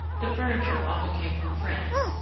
the furniture often came from france,